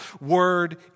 word